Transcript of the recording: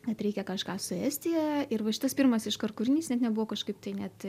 kad reikia kažką su estija ir va šitas pirmas iškart kūrinys net nebuvo kažkaip tai net